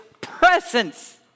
presence